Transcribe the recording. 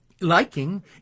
liking